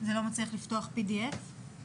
ההתעללות